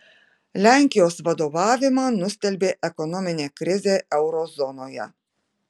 lenkijos vadovavimą nustelbė ekonominė krizė euro zonoje